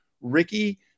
Ricky